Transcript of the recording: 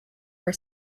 were